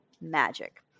magic